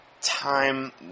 time